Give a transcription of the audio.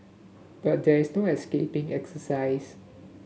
but there is no escaping exercise